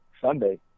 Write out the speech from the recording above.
Sunday